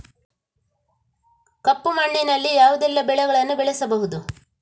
ಕಪ್ಪು ಮಣ್ಣಿನಲ್ಲಿ ಯಾವುದೆಲ್ಲ ಬೆಳೆಗಳನ್ನು ಬೆಳೆಸಬಹುದು?